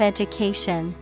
Education